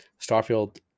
Starfield